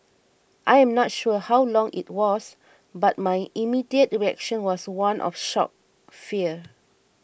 I am not sure how long it was but my immediate reaction was one of shock fear